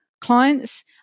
clients